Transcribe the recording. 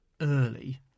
Early